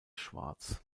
schwarz